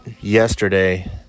yesterday